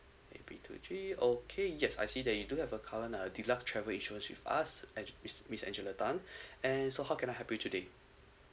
P two three okay yes I see that you do have a current uh deluxe travel insurance with us ange~ miss miss angela tan and so how can I help you today